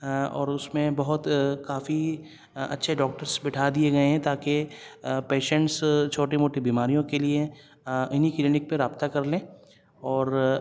اور اس میں بہت کافی اچھے ڈاکٹرس بٹھا دیئے گئے ہیں تاکہ پیشنٹس چھوٹی موٹی بیماریوں کے لئے انہیں کلینک پر رابطہ کر لیں اور